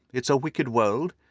it's a wicked world,